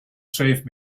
save